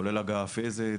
כולל הגעה פיזית,